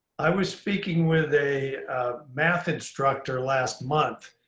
i was speaking with a math instructor last month.